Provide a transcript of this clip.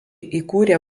įkūrė